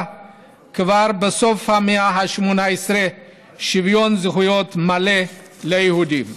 כבר בסוף המאה ה-18 שוויון זכויות מלא ליהודים.